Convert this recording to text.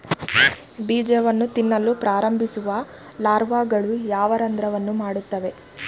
ಬೀಜವನ್ನು ತಿನ್ನಲು ಪ್ರಾರಂಭಿಸುವ ಲಾರ್ವಾಗಳು ಯಾವ ರಂಧ್ರವನ್ನು ಮಾಡುತ್ತವೆ?